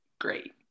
great